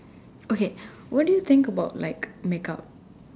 okay what do you think about like make up